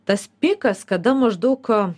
tas pikas kada maždaug